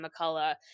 McCullough